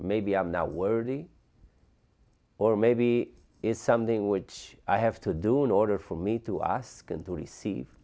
maybe i'm now worthy or maybe it's something which i have to do in order for me to us going to receive